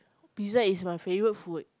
pizza is my favorite food